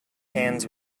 hands